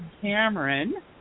Cameron